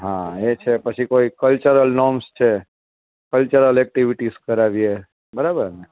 હા એ છે પછી કોઈ કલ્ચરલ નોર્મ્સ છે કલ્ચરલ એક્ટિવિટીસ કરાવીએ બરાબરને